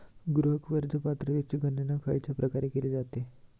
गृह कर्ज पात्रतेची गणना खयच्या प्रकारे केली जाते?